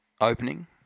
opening